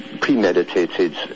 Premeditated